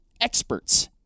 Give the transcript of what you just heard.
experts